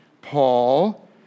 Paul